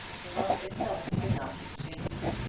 the love itself could not be changed.